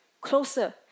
closer